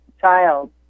child